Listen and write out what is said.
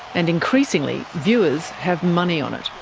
and increasingly, viewers have money on it.